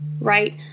right